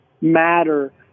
matter